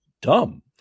dumb